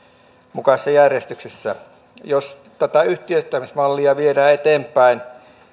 mukaisessa järjestyksessä jos tätä yhtiöittämismallia viedään eteenpäin